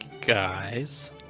guys